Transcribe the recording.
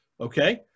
okay